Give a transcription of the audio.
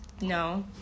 No